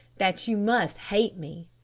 that you must hate me.